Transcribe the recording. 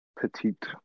petite